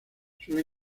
suele